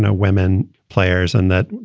ah women players on that.